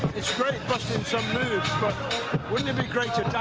it's great busting some moves but wouldn't it be great to